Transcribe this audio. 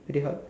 pretty hard